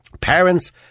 Parents